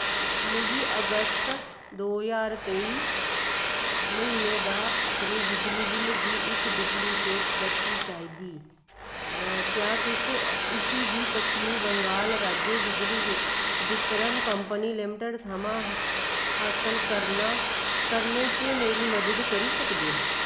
मिगी अगस्त दो ज्हार त्रेई म्हीने दा अपनी बिजली बिल दी इक डुप्लीकेट प्रति चाहिदी क्या तुस इसगी पच्छम बंगाल राज्य बिजली वितरण कंपनी लिमिटड थमां हासल करना करने च मेरी मदद करी सकदे ओ